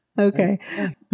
okay